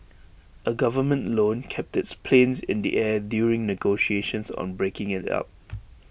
A government loan kept its planes in the air during negotiations on breaking IT up